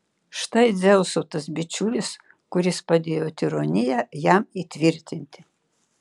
štai dzeuso tas bičiulis kuris padėjo tironiją jam įtvirtinti